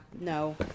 No